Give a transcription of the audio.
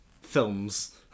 films